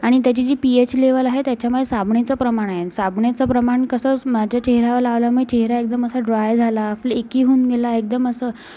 आणि त्याची जी पी एच लेवल आहे त्याच्यामध्ये साबणाचं प्रमाण आहे साबणाचे प्रमाण कसं माझ्या चेहऱ्यावर लावल्यामुळे चेहरा एकदम असा ड्राय झाला फ्लेकी होऊन गेला एकदम असं